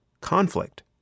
conflict